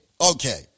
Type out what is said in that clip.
Okay